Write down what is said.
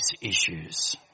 issues